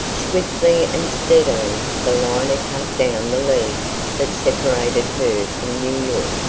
swiftly and steadily the liner cut down the leagues that separated her from new york.